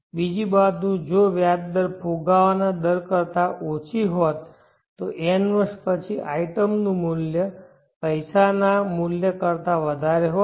બીજી બાજુ જો વ્યાજ દર ફુગાવાના દર કરતાં ઓછી હોત n વર્ષ પછી આઇટમનું મૂલ્ય પૈસાના મૂલ્ય કરતા વધારે હોત